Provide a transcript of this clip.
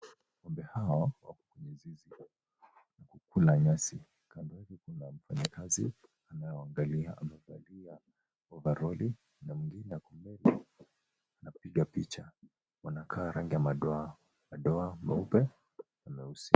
Ng'ombe hawa wako kwenye zizi ya kukula nyasi, kando yake kuna mfanyikazi anayewaangalia, amevalia ovaroli na mwengine ako mbele anapiga picha , wanakaa rangi ya madoa madoa meupe na meusi.